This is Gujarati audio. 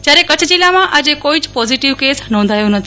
જયારે કચ્ચ જીલ્લામાં આજે કોઈ જ પોઝીટીવ કેસ નોંધાયો નથી